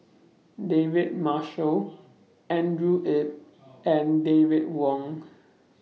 David Marshall Andrew Yip and David Wong